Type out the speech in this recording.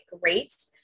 great